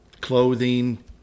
Clothing